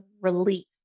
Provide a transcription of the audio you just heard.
relief